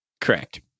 Correct